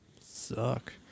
Suck